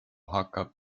hakkab